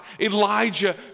Elijah